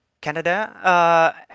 Canada